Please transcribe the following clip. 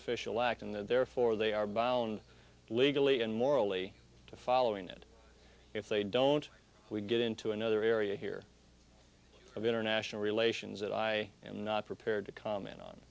official act and therefore they are bound legally and morally following that if they don't we get into another area here of international relations that i am not prepared to comment on